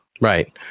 right